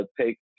take